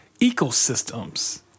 ecosystems